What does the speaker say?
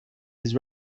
his